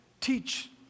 teach